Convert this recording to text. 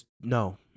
No